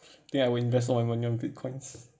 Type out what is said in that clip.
I think I would invest all my money on bitcoins